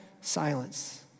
silence